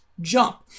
jump